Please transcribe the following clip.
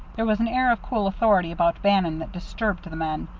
there was an air of cool authority about bannon that disturbed the men.